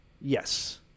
yes